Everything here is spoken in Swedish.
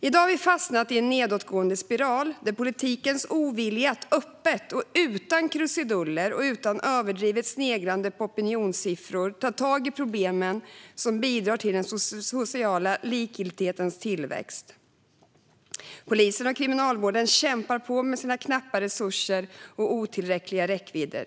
I dag har vi fastnat i en nedåtgående spiral där det finns en ovilja hos politiken att öppet och utan krusiduller och utan överdrivet sneglande på opinionssiffror ta tag i de problem som bidrar till den sociala likgiltighetens tillväxt. Polisen och kriminalvården kämpar på med sina knappa resurser och otillräckliga räckvidder.